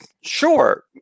Sure